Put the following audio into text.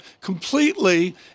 completely